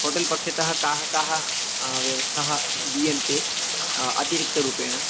hotel पक्षतः काः काः व्यवस्थाः दीयन्ते अतिरिक्तरूपेण